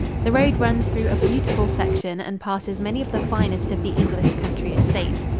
the road runs through a beautiful section and passes many of the finest of the english country estates.